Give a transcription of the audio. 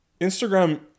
Instagram